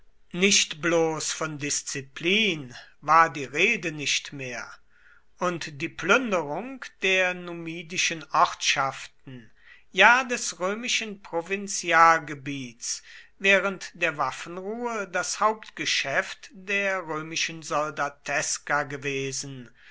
nicht bloß von disziplin war die rede nicht mehr und die plünderung der numidischen ortschaften ja des römischen provinzialgebiets während der waffenruhe das hauptgeschäft der römischen soldateska gewesen